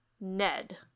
Ned